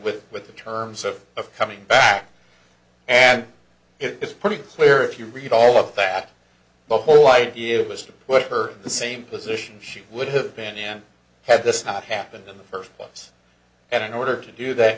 with with the terms of a coming back and it's pretty clear if you read all of that the whole idea was to put her in the same position she would have been in had this not happened in the first place and in order to do that